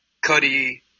Cuddy